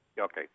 Okay